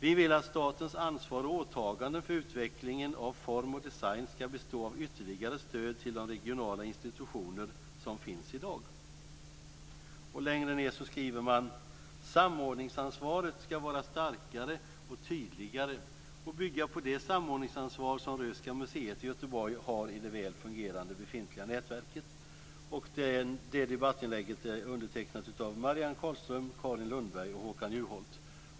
"Vi vill att statens ansvar och åtaganden för utvecklingen av form och design ska bestå av ytterligare stöd till de regionala institutioner - som finns i dag. - Samordningsansvaret ska vara starkare och tydligare och bygga på det samordningsansvar som Röhsska museet i Göteborg har i det väl fungerande, befintliga nätverket." Detta debattinlägg är skrivet av Marianne Carlström, Carin Lundberg och Håkan Juholt.